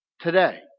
today